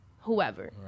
whoever